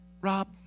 Rob